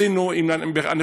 ראשית, אני רוצה